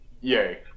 yay